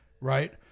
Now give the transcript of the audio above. right